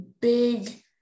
big